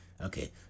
Okay